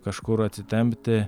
kažkur atsitempti